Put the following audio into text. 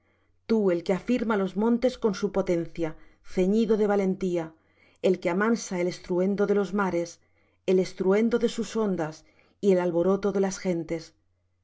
tú el que afirma los montes con su potencia ceñido de valentía el que amansa el estruendo de los mares el estruendo de sus ondas y el alboroto de las gentes